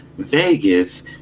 Vegas